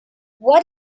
what